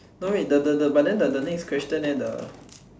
no wait the the the but then the the next question the